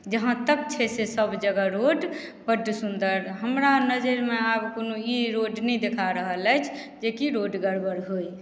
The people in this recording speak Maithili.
जहाँ तक छै से सब जगह रोड बड्ड सुन्दर हमरा नजरिमे आब कोनो ई रोड नहि देखा रहल अछि जे कि रोड गड़बड़ होइ